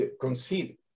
concede